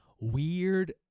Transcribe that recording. weird